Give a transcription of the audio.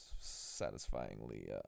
satisfyingly